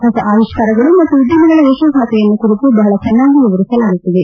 ಹೊಸ ಆವಿಷ್ಕಾರಗಳು ಮತ್ತು ಉದ್ದಮಿಗಳ ಯಶೋಗಾಧೆಯನ್ನು ಕುರಿತು ಬಹಳ ಚನ್ನಾಗಿ ವರಿಸಲಾಗುತ್ತಿದೆ